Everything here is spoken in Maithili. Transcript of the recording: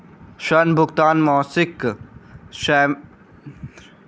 ऋण भुगतान मासिक त्रैमासिक, छौमासिक अथवा वार्षिक भ सकैत अछि